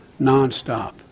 nonstop